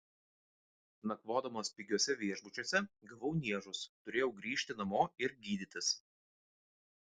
nakvodamas pigiuose viešbučiuose gavau niežus turėjau grįžti namo ir gydytis